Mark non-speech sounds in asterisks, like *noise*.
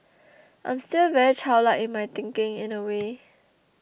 *noise* I'm still very childlike in my thinking in a way